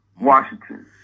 Washington